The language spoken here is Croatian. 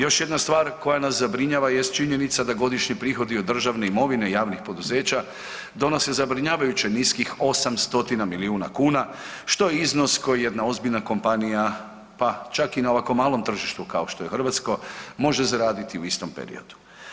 Još jedna stvar koja nas zabrinjava jest činjenica da godišnji prihodi od državne imovine javnih poduzeća donose zabrinjavajuće niskih 800 milijuna kuna što je iznos koji jedna ozbiljna kompanija, pa čak i na ovako malom tržištu kao što je hrvatsko može zaraditi u istom periodu.